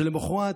שלמוחרת,